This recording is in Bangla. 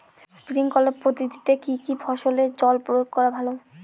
স্প্রিঙ্কলার পদ্ধতিতে কি কী ফসলে জল প্রয়োগ করা ভালো?